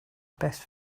best